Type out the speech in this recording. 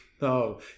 no